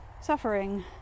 suffering